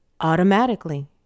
automatically